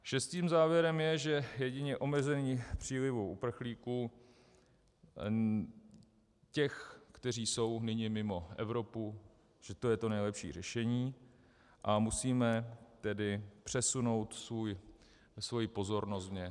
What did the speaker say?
Šestým závěrem je, že jedině omezení přílivu uprchlíků, těch, kteří jsou nyní mimo Evropu, že to je to nejlepší řešení, a musíme tedy přesunout svoji pozornost vně.